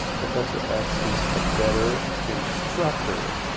prof. ecks is a better instructor.